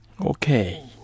Okay